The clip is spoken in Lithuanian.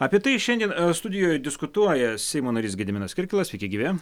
apie tai šiandien studijoj diskutuoja seimo narys gediminas kirkilas sveiki gyvi